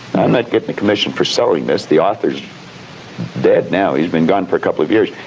not getting a commission for selling this, the author's dead now, he's been gone for a couple of years,